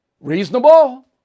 Reasonable